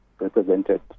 represented